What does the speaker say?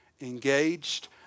engaged